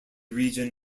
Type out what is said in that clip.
region